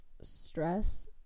stress